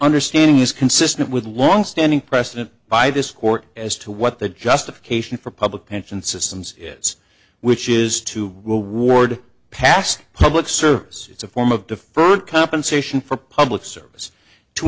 understanding is consistent with longstanding precedent by this court as to what the justification for public pension systems is which is to will ward past public service it's a form of deferred compensation for public service to